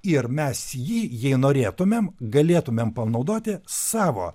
ir mes jį jei norėtumėm galėtumėm panaudoti savo